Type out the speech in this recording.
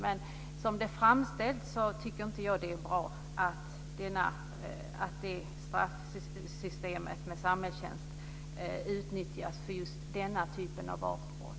Men som det framställts tycker jag inte att det är bra att straffsystemet med samhällstjänst utnyttjas för just denna typ av artbrott.